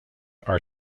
are